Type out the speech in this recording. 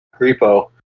repo